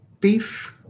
Peace